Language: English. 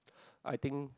I think